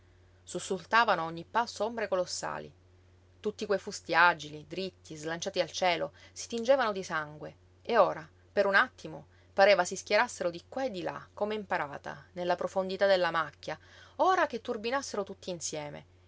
sussultavano a ogni passo ombre colossali tutti quei fusti agili dritti slanciati al cielo si tingevano di sangue e ora per un attimo pareva si schierassero di qua e di là come in parata nella profondità della macchia ora che turbinassero tutt'insieme